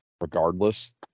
regardless